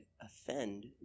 offend